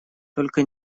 только